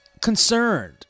concerned